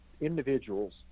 individuals